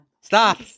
Stop